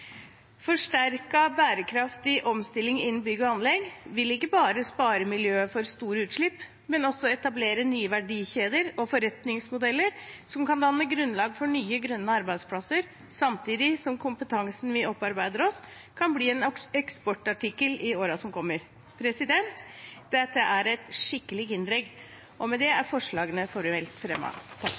bærekraftig omstilling innen bygg og anlegg vil ikke bare spare miljøet for store utslipp, men også etablere nye verdikjeder og forretningsmodeller som kan danne grunnlag for nye grønne arbeidsplasser samtidig som kompetansen vi opparbeider oss, kan bli en eksportartikkel i årene som kommer. Dette er et skikkelig kinderegg. Med det fremmer jeg formelt